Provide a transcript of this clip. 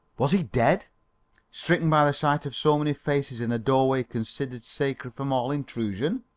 was he dead stricken by the sight of so many faces in a doorway considered sacred from all intrusion?